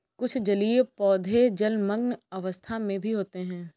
कुछ जलीय पौधे जलमग्न अवस्था में भी होते हैं